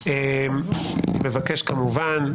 נבקש כמובן,